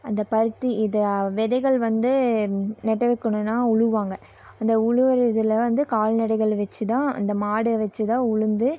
அந்த பருத்தி இதை விதைகள் வந்து நட்டு வைக்கணும்னா உழுவாங்க அந்த உழுவுகிறதுல வந்து கால்நடைகள் வெச்சுதான் அந்த மாடை வச்சு தான் உழுது